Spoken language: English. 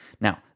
Now